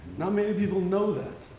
not many people know that.